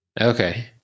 okay